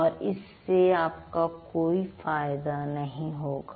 और इससे आपका कोई फायदा नहीं होगा